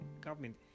government